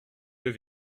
deux